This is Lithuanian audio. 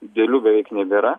didelių beveik nebėra